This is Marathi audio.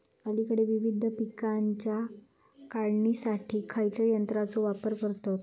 अलीकडे विविध पीकांच्या काढणीसाठी खयाच्या यंत्राचो वापर करतत?